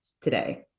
today